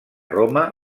roma